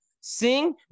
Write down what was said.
sing